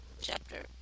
chapter